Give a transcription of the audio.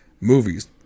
movies